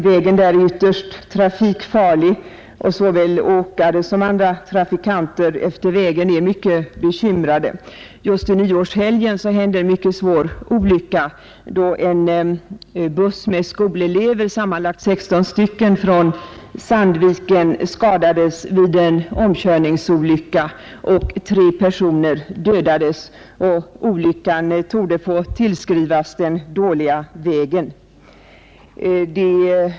Vägen är där ytterst trafikfarlig, och såväl åkare som andra trafikanter är mycket bekymrade. Under nyårshelgen hände en mycket svår omkörningsolycka, då flera skolelever från Sandviken skadades och tre andra personer dödades. Olyckan torde få tillskrivas den dåliga vägen.